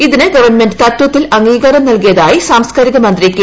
ഇതിന് ഗവൺമെന്റ് തത്വത്തിൽ അംഗീകാരം നൽകിയതായി സാംസ്കാരിക മന്ത്രി കെ